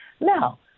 No